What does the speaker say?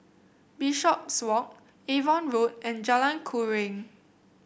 Bishopswalk Avon Road and Jalan Keruing